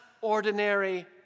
ordinary